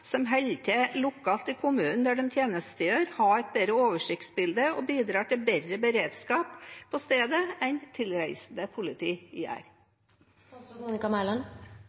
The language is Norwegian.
som holder til lokalt i kommunen de tjenestegjør i, har et bedre oversiktsbilde og bidrar til bedre beredskap på stedet enn tilreisende politi?»